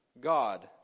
God